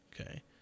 Okay